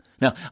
Now